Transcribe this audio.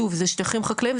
שוב זה שטחים חקלאים,